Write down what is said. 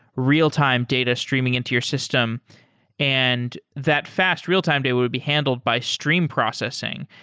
real-time data streaming into your system and that fast real-time data would be handled by streamed processing.